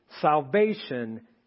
salvation